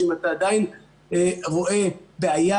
שאם אתה עדיין רואה בעיה,